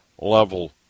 level